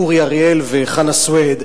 אורי אריאל וחנא סוייד.